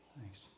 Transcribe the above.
Thanks